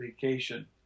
vacation